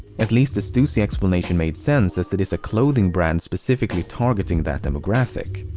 at least the stussy explanation made sense as it is a clothing brand specifically targeting that demographic.